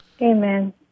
Amen